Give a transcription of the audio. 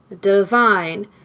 Divine